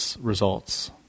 results